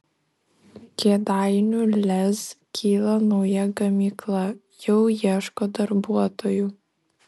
kėdainių lez kyla nauja gamykla jau ieško darbuotojų